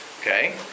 Okay